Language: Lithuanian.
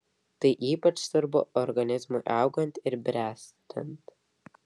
tai ypač svarbu organizmui augant ir bręstant